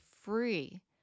free